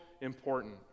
important